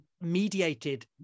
mediated